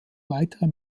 weitere